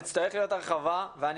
תצטרך להיות הרחבה, וגם